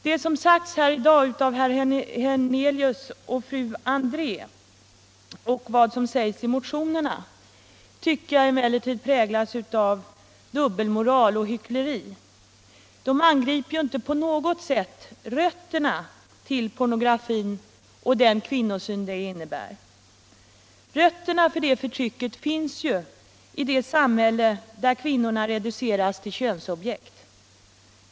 Det som sagts här i dag av herr Hernelius och fru André och vad som sägs I motionerna tycker jag emellertid präglas av dubbelmoral och hyckleri. De angriper ju inte på något sätt rötterna till pornografin och den kvinnosyn som den innebär. Rötterna för detta förtryck finns ju i det samhälle där kvinnorna reduceras till könsobjekt.